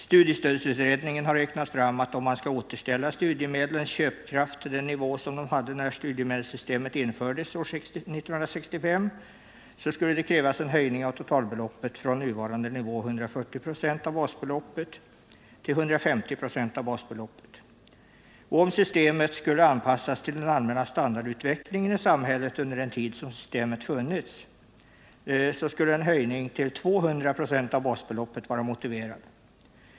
Studiestödsutredningen har räknat fram att om man skall återställa studiemedlens köpkraft till den nivå som de hade när studiemedelssystemet infördes år 1965 så skulle det krävas en höjning av totalbeloppet från nuvarande nivå, 140 96 av basbeloppet, till 150 96 av basbeloppet. Om systemet skulle anpassas till den allmänna standardutvecklingen i samhället under den tid som systemet funnits skulle en höjning till 200 96 av « basbeloppet vara motiverad.